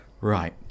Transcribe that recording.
Right